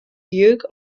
duke